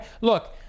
Look